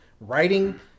Writing